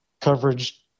coverage